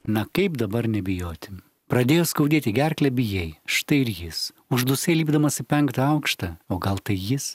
na kaip dabar nebijoti pradėjo skaudėti gerklę bijai štai ir jis uždusai lipdamas į penktą aukštą o gal tai jis